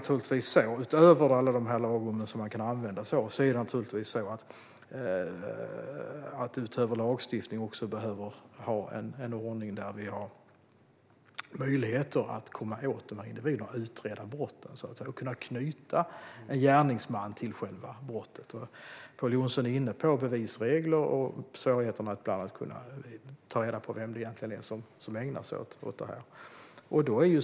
Förutom alla de lagrum som man kan använda sig av är det naturligtvis så att vi utöver lagstiftning behöver ha en ordning där vi har möjlighet att komma åt dessa individer, att utreda brotten och kunna knyta en gärningsman till själva brottet. Pål Jonson är inne på bevisregler och svårigheten att bland annat ta reda på vem det egentligen är som ägnar sig åt detta.